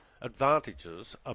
advantages